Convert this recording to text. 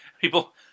People